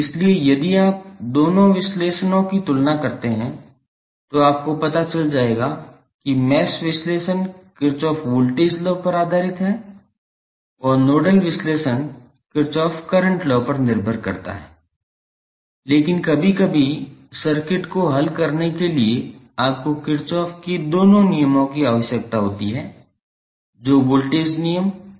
इसलिए यदि आप दोनों विश्लेषणों की तुलना करते हैं तो आपको पता चल जाएगा कि मैश विश्लेषण किरचॉफ वोल्टेज लॉ पर आधारित है और नोडल विश्लेषण किरचॉफ करंट लॉ पर निर्भर करता है लेकिन कभी कभी सर्किट को हल करने के लिए आपको किरचॉफ के दोनों नियमों की आवश्यकता हो सकती है जो वोल्टेज नियम और धारा नियम है